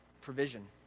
Provision